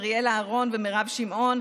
אריאלה אהרון ומירב שמעון,